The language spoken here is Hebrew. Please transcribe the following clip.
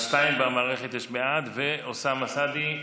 במערכת יש שניים בעד, וחברי הכנסת אוסאמה סעדי,